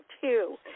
two